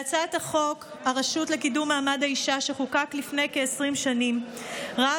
בהצעת חוק הרשות לקידום מעמד האישה שחוקק לפני כ-20 שנים ראה